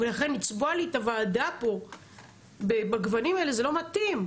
ולכן לצבוע לי את הוועדה פה בגוונים האלה זה לא מתאים.